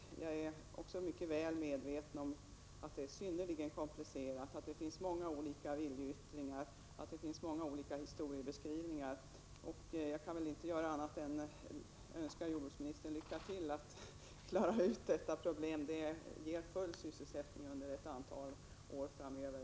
Även jag är alltså mycket väl medveten om att det här är synnerligen komplicerade saker och att det finns många olika viljeyttringar och historiebeskrivningar. Jag kan inte annat än önska jordbruksministern lycka till när det gäller att klara ut detta problem. Jag är helt övertygad om att det här arbetet ger full sysselsättning under ett antal år framöver.